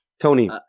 Tony